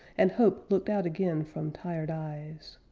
and hope looked out again from tired eyes.